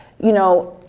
you know.